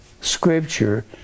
Scripture